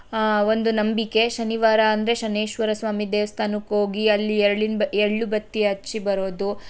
ಒಂದು ನಂಬಿಕೆ ಶನಿವಾರ ಅಂದರೆ ಶನೈಶ್ವರ ಸ್ವಾಮಿ ದೇವಸ್ಥಾನಕ್ಕೆ ಹೋಗಿ ಅಲ್ಲಿ ಎಳ್ಳಿಂದು ಎಳ್ಳು ಬತ್ತಿ ಹಚ್ಚಿ ಬರೋದು